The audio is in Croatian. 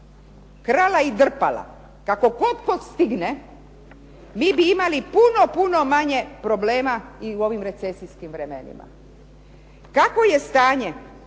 krala i drpala kako god tko stigne mi bi imali puno manje problema i u ovim recesijskim vremenima. Kakvo je stanje